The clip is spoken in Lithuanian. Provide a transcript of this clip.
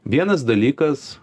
vienas dalykas